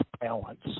balance